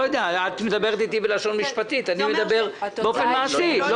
את מדברת איתי בלשון משפטית ואני מדבר באופן מעשי.